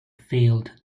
failed